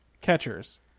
Catchers